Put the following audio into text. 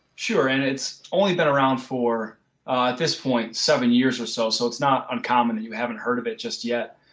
sure, and it's only been around for ah at this point seven years or so. so, it's not uncommon and you haven't heard of it just yet,